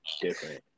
different